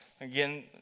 Again